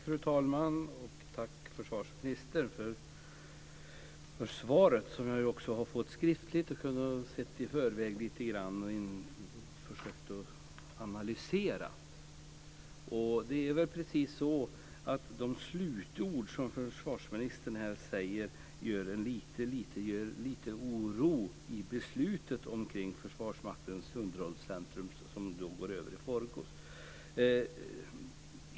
Fru talman! Jag tackar försvarsministern för svaret, som jag också har fått skriftligt och kunnat se på lite grann i förväg. Jag har också försökt analysera det. De slutord som försvarsministern här säger gör en lite orolig för beslutet om Försvarsmaktens underhållscentrum, som går över i Forgus.